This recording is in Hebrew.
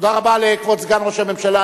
תודה רבה לכבוד סגן ראש הממשלה.